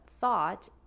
thought